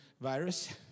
virus